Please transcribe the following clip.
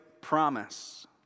promise